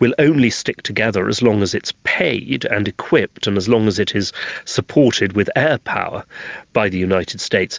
will only stick together as long as it's paid and equipped and as long as it is supported with air power by the united states.